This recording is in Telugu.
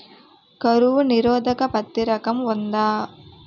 కరువు నిరోధక పత్తి రకం ఉందా?